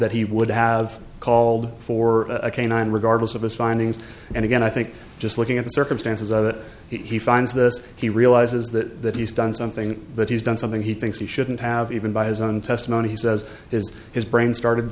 that he would have called for a canine regardless of his findings and again i think just looking at the circumstances of it he finds this he realizes that he's done something that he's done something he thinks he shouldn't have even by his own testimony he says is his brain started